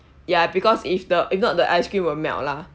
ya because if the if not the ice cream will melt lah